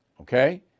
Okay